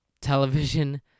television